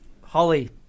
Holly